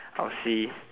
I'll see